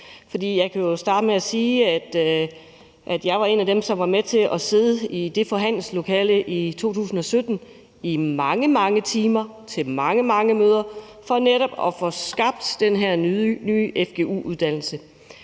jeg kan jo starte med at sige, at jeg var en af dem, som var med til at sidde i det forhandlingslokale i 2017 i mange, mange timer til mange, mange møder for netop at få skabt den her nye fgu-uddannelse.